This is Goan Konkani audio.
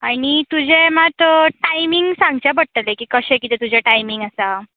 आनी तुजें मात टायमींग सांगचें पडटलें कशें किदें तुजें टायमींग आसा